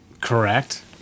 Correct